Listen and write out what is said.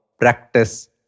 practice